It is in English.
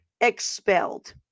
expelled